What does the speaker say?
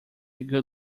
good